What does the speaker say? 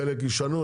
חלק ישנו,